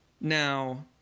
Now